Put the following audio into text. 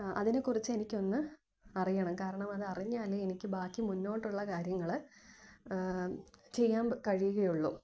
അതിനേക്കുറിച്ചെനിക്കൊന്ന് അറിയണം കാരണം അതറിഞ്ഞാലെ എനിക്ക് ബാക്കി മുന്നോട്ടുള്ള കാര്യങ്ങള് ചെയ്യാന് കഴിയുകയുള്ളു